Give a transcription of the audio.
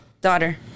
daughter